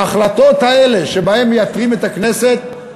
ההחלטות האלה, שבהן מייתרים את הכנסת,